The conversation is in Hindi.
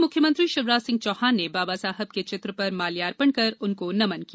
वहीं मुख्यमंत्री शिवराज सिंह चौहान ने बाबा साहब के चित्र पर माल्यार्पण कर उनको नमन किया